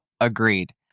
agreed